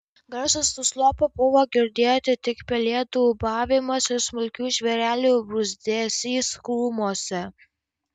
garsas nuslopo buvo girdėti tik pelėdų ūbavimas ir smulkių žvėrelių bruzdesys krūmuose